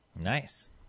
Nice